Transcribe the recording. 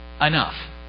enough